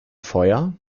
feuer